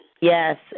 Yes